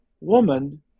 woman